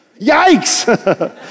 Yikes